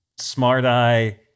SmartEye